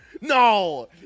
No